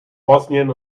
bosnien